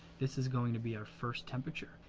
this is going to be our first temperature.